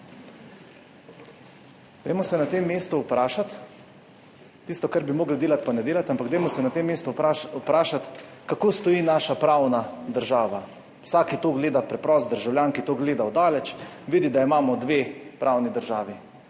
Vsak, ki to gleda, preprost državljan, ki to gleda od daleč, vidi, da imamo dve pravni državi.